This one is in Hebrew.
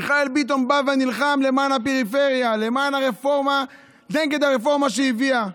מיכאל ביטון בא ונלחם למען הפריפריה ונגד הרפורמה שהיא הביאה,